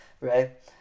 right